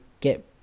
get